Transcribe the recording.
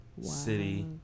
City